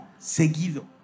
seguido